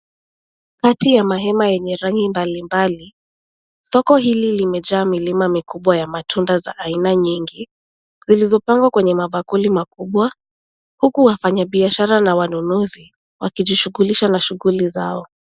Kati ya mahema yenye rangi mbalimbali, soko hili limejaa milima mikubwa ya matunda za aina nyingi ,zilizopangwa kwa mabakuli makubwa huku wafanyabiashara na wanunuzi wakijishughulisha na shughuli zao.